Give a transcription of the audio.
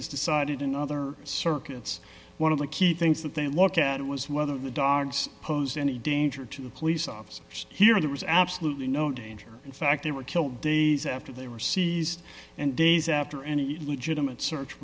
is decided in other circuits one of the key things that they look at it was whether the dogs posed any danger to the police officers here or there was absolutely no danger in fact they were killed days after they were seized and days after any legitimate search